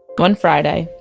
one friday,